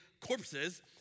corpses